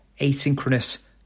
asynchronous